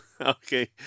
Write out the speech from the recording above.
Okay